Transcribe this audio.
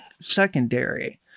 secondary